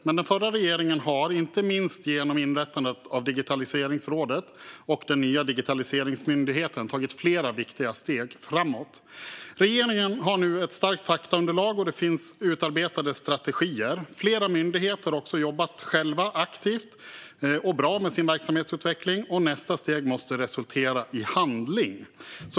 Men den förra regeringen har inte minst genom inrättandet av Digitaliseringsrådet och den nya digitaliseringsmyndigheten tagit flera viktiga steg framåt. Regeringen har nu ett starkt faktaunderlag. Det finns utarbetade strategier. Flera myndigheter har också själva jobbat aktivt och bra med sin verksamhetsutveckling. Nästa steg måste resultera i handling.